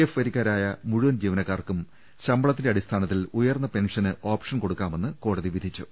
F വരിക്കാരായ മുഴുവൻ ജീവനക്കാർക്കും ശമ്പളത്തിന്റെ അടിസ്ഥാനത്തിൽ ഉയർന്ന പെൻഷന് ഓപ്ഷൻ കൊടുക്കാമെന്ന് കോടതി വിധിച്ചു